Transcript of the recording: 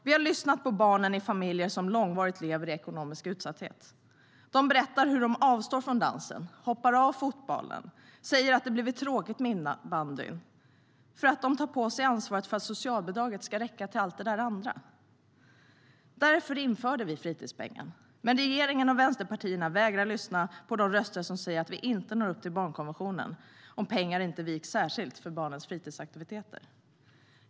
Vi har lyssnat på barnen i familjer som långvarigt lever i ekonomisk utsatthet. De berättar hur de avstår från dansen, hoppar av fotbollen och säger att det blivit tråkigt med innebandyn för att de tar på sig ansvaret för att socialbidraget ska räcka till allt det andra. Därför införde vi fritidspengen. Men regeringen och Vänsterpartiet vägrar lyssna på de röster som säger att vi inte når upp till barnkonventionen om pengar inte viks särskilt för barnens fritidsaktiviteter.